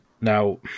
Now